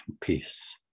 peace